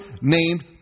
named